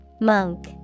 Monk